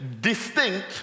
distinct